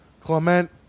Clement